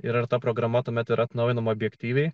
ir ar ta programa tuomet yra atnaujinama objektyviai